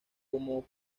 como